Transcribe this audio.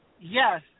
yes